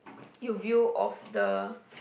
you view of the